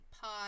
Pod